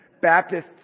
Baptists